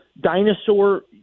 dinosaur